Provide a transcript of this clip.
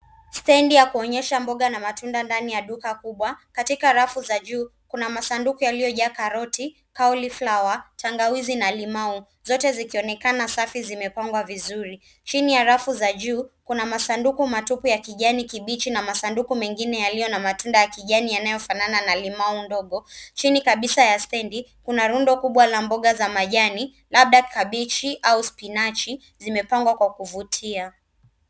Stendi ya kuonyesha mboga na matunda ndani ya duka kubwa. Katika rafu za juu kuna masunduku yaliyojaa karoti, cauliflower , tangawizi na limau. Zote zikionekana safi zimepangwa vizuri. Chini ya rafu za juu kuna masanduku matupu ya kijani kibichi na masanduku mengine yaliyo na matunda ya kijani yanayofanana na limau ndogo. Chini kabisa ya stendi kuna rundo kubwa la mboga za majani labda kabichi au spinachi zimepangwa kwa kuvutia.